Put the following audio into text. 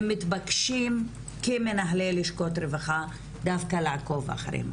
הם מתבקשים כמנהלי לשכות רווחה דווקא לעקוב אחריהם.